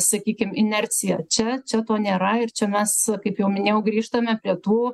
sakykim inerciją čia čia to nėra ir čia mes kaip jau minėjau grįžtame prie tų